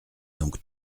donc